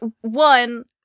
One